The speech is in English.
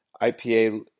IPA